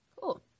cool